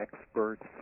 experts